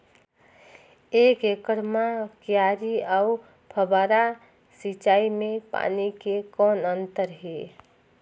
एक एकड़ म क्यारी अउ फव्वारा सिंचाई मे पानी के कौन अंतर हे?